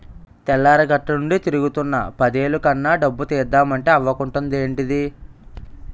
తెల్లారగట్టనుండి తిరుగుతున్నా పదేలు కన్నా డబ్బు తీద్దమంటే అవకుంటదేంటిదీ?